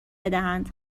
بدهند